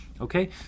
Okay